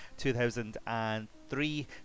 2003